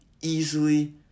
easily